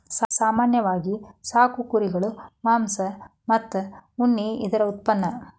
ಸಾಮಾನ್ಯವಾಗಿ ಸಾಕು ಕುರುಗಳು ಮಾಂಸ ಮತ್ತ ಉಣ್ಣಿ ಇದರ ಉತ್ಪನ್ನಾ